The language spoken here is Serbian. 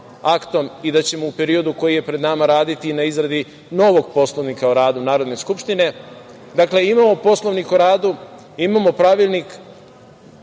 i da ćemo u periodu koji je pred nama raditi na izradi novog Poslovnika o radu Narodne skupštine. Dakle, imamo Poslovnik o radu, imamo pravilnik,